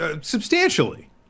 substantially